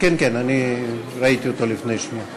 יש לנו לפני ההצבעה